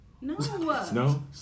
No